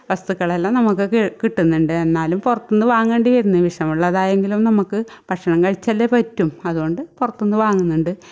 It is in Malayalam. വസ്തുക്കളെല്ലാം നമുക്ക് കി കിട്ടുന്നുണ്ട് എന്നാലും പുറത്തുനിന്ന് വാങ്ങേണ്ടി വരുന്നു വിഷമുള്ളതായെങ്കിലും നമുക്ക് ഭക്ഷണം കഴിച്ചല്ലേ പറ്റൂ അതുകൊണ്ട് പുറത്തുന്ന് വാങ്ങുന്നുണ്ട്